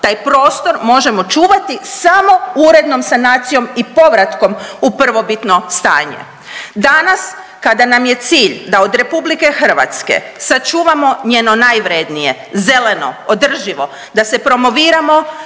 Taj prostor možemo čuvati samo urednom sanacijom i povratkom u prvobitno stanje. Danas kada nam je cilj da od RH sačuvamo njeno najvrijednije zeleno, održivo, da se promoviramo